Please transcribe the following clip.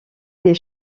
des